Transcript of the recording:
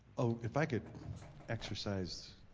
oh, if i could exercise